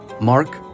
Mark